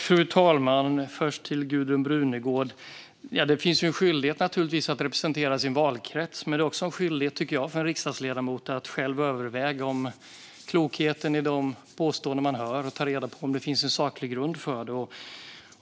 Fru talman! Först vänder jag mig till Gudrun Brunegård. Det finns naturligtvis en skyldighet att representera sin valkrets. Men en riksdagsledamot har också en skyldighet, tycker jag, att själv överväga klokheten i de påståenden man hör och ta reda på om det finns en saklig grund.